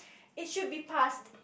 it should be passed